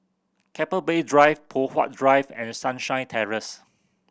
Keppel Bay Drive Poh Huat Drive and Sunshine Terrace